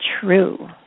true